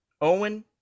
Owen